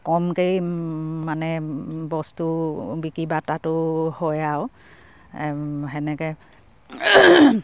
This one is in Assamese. কমকেই মানে বস্তু বিক্ৰী বাৰ্তাটো হয় আৰু সেনেকে